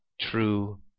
true